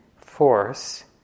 force